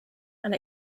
and